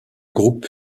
groupe